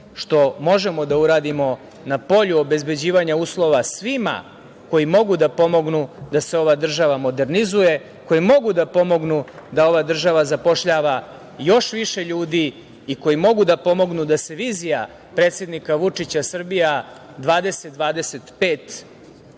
što možemo da uradimo na polju obezbeđivanja uslova svima koji mogu da pomognu da se ova država modernizuje, koji mogu da pomognu da ova država zapošljava još više ljudi i koji mogu da pomognu da se vizija predsednika Vučića „Srbija 20-25“